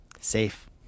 Safe